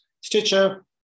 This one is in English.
stitcher